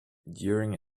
during